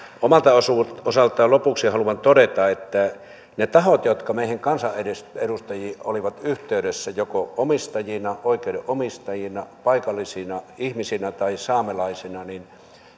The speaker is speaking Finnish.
omalta osaltani lopuksi haluan todeta että niistä tahoista jotka meihin kansanedustajiin olivat yhteydessä joko omistajina oikeudenomistajina paikallisina ihmisinä tai saamelaisina